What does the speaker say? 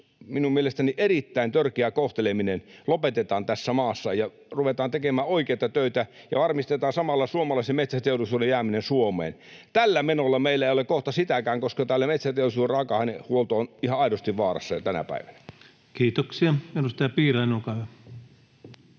minun mielestäni, erittäin törkeä kohteleminen lopetetaan tässä maassa ja ruvetaan tekemään oikeita töitä ja varmistetaan samalla suomalaisen metsäteollisuuden jääminen Suomeen. Tällä menolla meillä ei ole kohta sitäkään, koska täällä metsäteollisuuden raaka-ainehuolto on ihan aidosti vaarassa jo tänä päivänä. [Speech 82] Speaker: